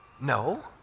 No